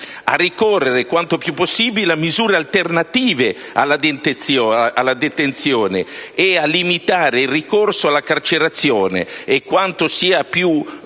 a ricorrere quanto più possibile a misure alternative alla detenzione e a limitare il ricorso alla carcerazione, e questo sia per motivi